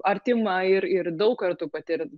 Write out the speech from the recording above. artima ir ir daug kartų patirti